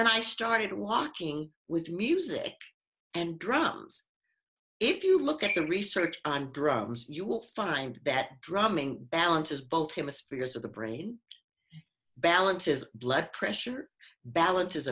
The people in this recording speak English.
then i started watching with music and drums if you look at the research on drums you will find that drumming balance is both him a spear's of the brain balances blood pressure balance